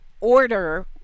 order